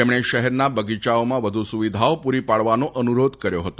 તેમણે શહેરના બગીયાઓમાં વધુ સુવિધાઓ પુરી પાડવાનો અનુરોધ કર્યો હતો